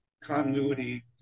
continuity